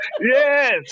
Yes